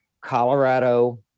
Colorado